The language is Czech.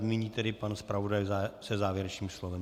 Nyní tedy pan zpravodaj se závěrečným slovem.